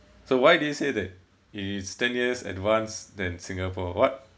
so why do you say that it's ten years advance than singapore what